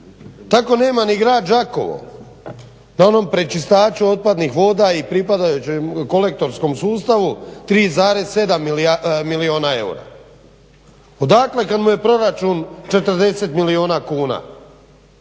Tako nema ni grad Đakovo na onom prečistaču otpadnih voda i pripadajućem kolektorskom sustavu 3,7 milijuna eura. Odakle, kad mu je proračun 40 milijuna kuna?